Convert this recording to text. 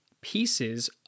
pieces